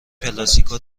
پلاستیکها